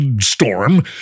storm